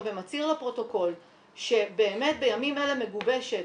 ומצהיר לפרוטוקול שבאמת בימים אלה מגובשת